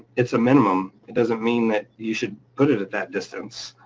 it's a minimum, it doesn't mean that you should put it at that distance.